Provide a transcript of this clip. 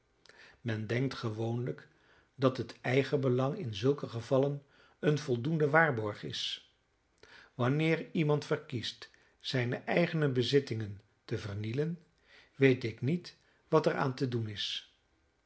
men denkt gewoonlijk dat het eigenbelang in zulke gevallen een voldoende waarborg is wanneer iemand verkiest zijne eigene bezittingen te vernielen weet ik niet wat er aan te doen is